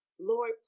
Lord